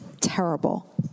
terrible